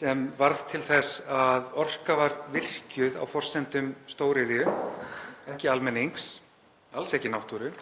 sem varð til þess að orka var virkjuð á forsendum stóriðju, ekki almennings, alls ekki náttúru,